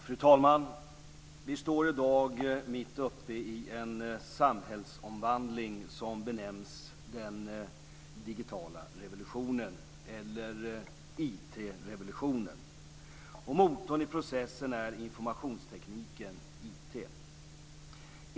Fru talman! Vi står i dag mitt uppe i en samhällsomvandling som benämns den digitala revolutionen eller IT-revolutionen. Motorn i processen är informationstekniken - IT.